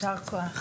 יישר כוח.